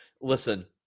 Listen